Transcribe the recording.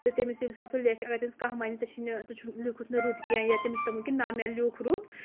تہٕ تٔمِس سُہ لیٚکھِ اَگر تٔمِس کانٛہہ وَنہِ ژےٚ چھِنہٕ ژٕ چھُ لیُکھُتھ نہٕ رُت کیٚنٛہہ یا تٔمِس چھُ دَپُن کہِ نَہ مےٚ لیوٚکھ رُت